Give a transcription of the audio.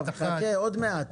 חכה, עוד מעט.